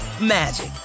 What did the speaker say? magic